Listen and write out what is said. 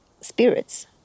spirits